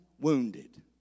wounded